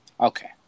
Okay